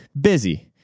Busy